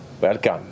welcome